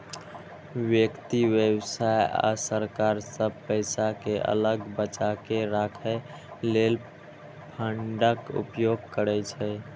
व्यक्ति, व्यवसाय आ सरकार सब पैसा कें अलग बचाके राखै लेल फंडक उपयोग करै छै